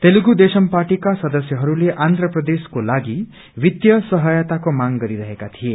तेलूगु देशम पार्टीका सदस्यहरूले आन्म्र प्रदेशकोलागि वित्तीय सहायताको मांग गरिरहेका थिए